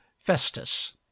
festus